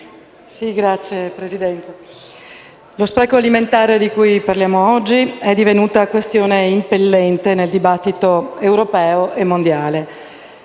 Signora Presidente, lo spreco alimentare di cui parliamo oggi è divenuta questione impellente nel dibattito europeo e mondiale.